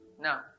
Now